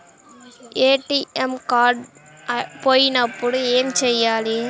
ATM card పోయినప్పుడు ఏమి చేయాలి?